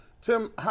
Tim